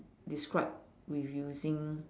describe with using